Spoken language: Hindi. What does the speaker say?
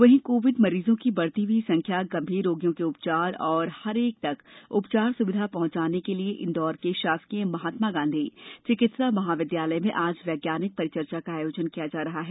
वहीं कोविड मरीजों की बढ़ती हुई संख्या गंभीर रोगियों के उपचार और हर एक तक उपचार सुविधा पहुंचाने के लिए इंदौर के षासकीय महात्मा गांधी चिकित्सा महाविद्यालय में आज वैज्ञानिक परिचर्चा का आयोजन किया जा रहा है